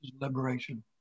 liberation